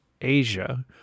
Asia